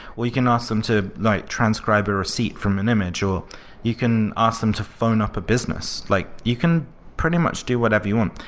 we can ask them to like transcribe a receipt from an image or you can ask them to phone up a business. like you can pretty much do whatever you want.